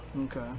Okay